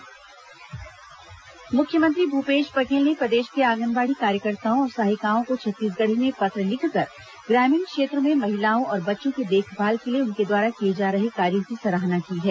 मुख्यमंत्री पत्र मुख्यमंत्री भूपेश बघेल ने प्रदेश के आंगनबाड़ी कार्यकर्ताओं और सहायिकाओं को छत्तीसगढ़ी में पत्र लिखकर ग्रामीण क्षेत्रों में महिलाओं और बच्चों के देखभाल के लिए उनके द्वारा किए जा रहे कार्यों की सराहना की है